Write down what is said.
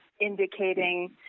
indicating